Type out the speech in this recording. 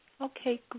okay